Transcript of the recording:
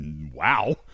Wow